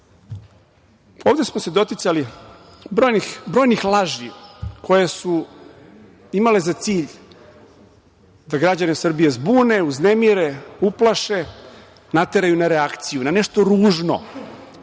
smo se doticali brojnih laži koje su imale za cilj da građane Srbije zbune, uznemire, uplaše, nateraju na reakciju, na nešto ružno,